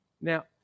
Now